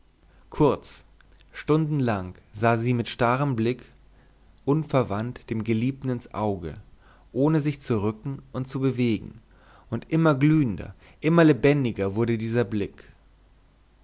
kurz stundenlang sah sie mit starrem blick unverwandt dem geliebten ins auge ohne sich zu rücken und zu bewegen und immer glühender immer lebendiger wurde dieser blick